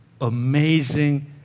amazing